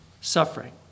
suffering